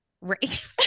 Right